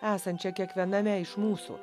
esančią kiekviename iš mūsų